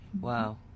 Wow